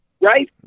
right